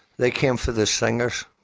they came for the singers